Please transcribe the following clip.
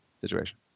situation